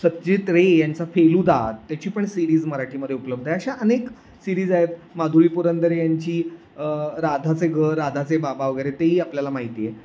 सत्यजित रे यांचा फेलूदा त्याची पण सिरीज मराठीमध्ये उपलब्ध आहे अशा अनेक सिरीज आहेत माधुरी पुरंदरे यांची राधाचे घर राधाचे बाबा वगैरे तेही आपल्याला माहिती आहे